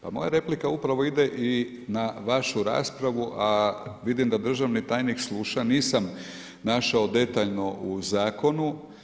Pa moja replika upravo ide i na vašu raspravu a vidim da državni tajnik sluša, nisam našao detaljno u zakonu.